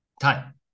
time